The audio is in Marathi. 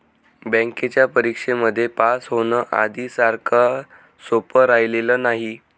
बँकेच्या परीक्षेमध्ये पास होण, आधी सारखं सोपं राहिलेलं नाही